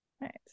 Right